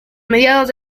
mediados